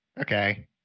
Okay